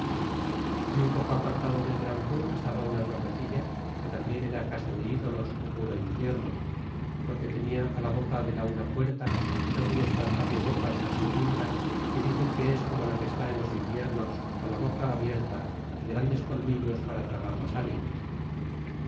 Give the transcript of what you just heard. y un poco apartado del gran cu estaba una torrecilla que tambien era casa de ídolos puro infierno porque tenia la boca de la una puerta una muy espantable boca de las que pintan que dicen que es como la que está en los infiernos con la boca abierta y grandes colmillos para tragar las ánimas